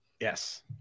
Yes